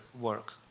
work